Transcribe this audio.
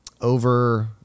over